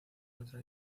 cuatro